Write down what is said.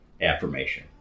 affirmation